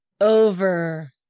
over